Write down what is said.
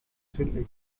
still